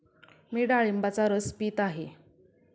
मी डाळिंबाचा रस पीत आहे